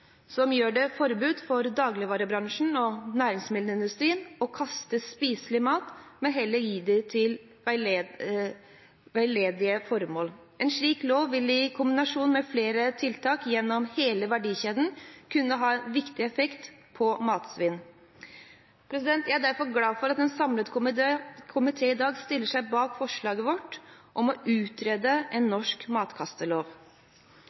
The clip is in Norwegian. som gjør det forbudt for dagligvarebransjen og næringsmiddelindustrien å kaste spiselig mat, men heller gi den til veldedige formål. En slik lov vil i kombinasjon med flere tiltak gjennom hele verdikjeden kunne ha en viktig effekt på matsvinnet. Jeg er derfor glad for at en samlet komité i dag stiller seg bak forslaget vårt om å utrede en